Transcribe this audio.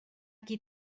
qui